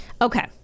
Okay